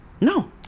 No